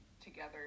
together